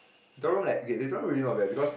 door room like okay the door room really not bad because